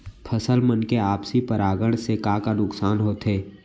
फसल मन के आपसी परागण से का का नुकसान होथे?